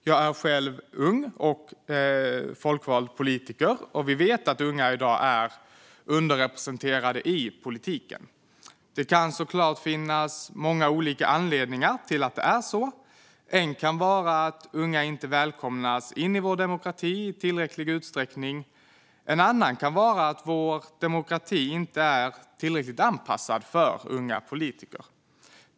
Jag är själv ung och folkvald politiker. Vi vet att unga i dag är underrepresenterade i politiken. Det kan såklart finnas många olika anledningar till att det är så. En kan vara att unga inte välkomnas in i vår demokrati i tillräcklig utsträckning. En annan kan vara att vår demokrati inte är tillräckligt anpassad för unga politiker.